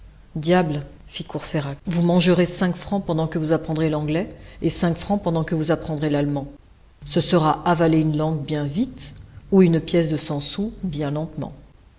diable fit courfeyrac vous mangerez cinq francs pendant que vous apprendrez l'anglais et cinq francs pendant que vous apprendrez l'allemand ce sera avaler une langue bien vite ou une pièce de cent sous bien lentement